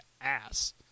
ass